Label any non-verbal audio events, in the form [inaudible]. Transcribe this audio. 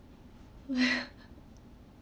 [laughs]